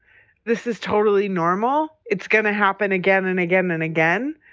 this is totally normal. it's going to happen again and again and again.